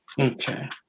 Okay